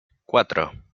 cuatro